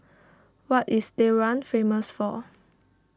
what is Tehran famous for